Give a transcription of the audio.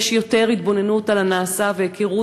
יש יותר התבוננות על הנעשה והיכרות